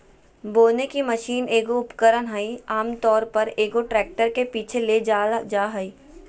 बोने की मशीन एगो उपकरण हइ आमतौर पर, एगो ट्रैक्टर के पीछे ले जाल जा हइ